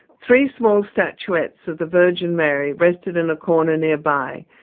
three small statuettes of the virgin mary rested in a corner nearby,